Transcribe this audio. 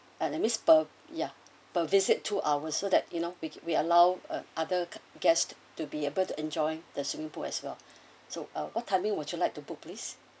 and that means per ya per visit two hours so that you know we we allow uh other guests to be able to enjoy the swimming pool as well so uh what timing would you like to book please